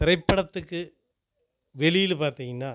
திரைப்படத்துக்கு வெளியில் பார்த்தீங்கனா